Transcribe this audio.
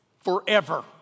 Forever